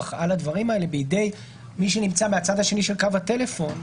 על הדברים האלה בידי מי שנמצא מהצד השני של קו הטלפון,